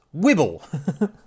Wibble